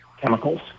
chemicals